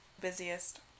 Busiest